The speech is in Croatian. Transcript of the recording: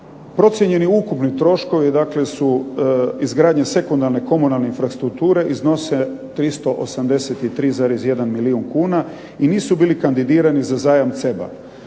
Procijenjeni ukupni troškovi dakle su izgradnja sekundarne komunalne infrastrukture, iznose 383,1 milijun kuna i nisu bili kandidirani za zajam CEB-a.